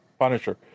Punisher